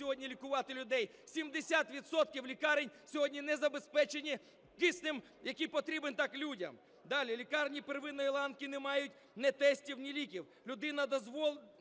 сьогодні лікувати людей. 70 відсотків лікарень сьогодні не забезпечені киснем, який потрібен так людям. Далі. Лікарні первинної ланки не мають ні тестів, ні ліків. Людина дзвонить